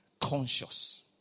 conscious